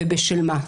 ובשל מה.